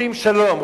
רוצים שלום,